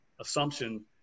assumption